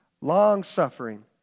long-suffering